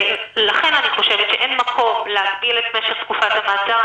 לכן אני חושבת שאין מקום להגדיל את משך תקופת המעצר.